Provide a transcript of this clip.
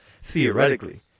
theoretically